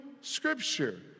Scripture